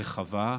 רחבה,